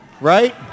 right